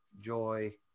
joy